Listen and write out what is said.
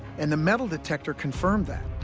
and the metal detector confirmed that.